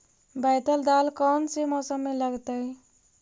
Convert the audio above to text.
बैतल दाल कौन से मौसम में लगतैई?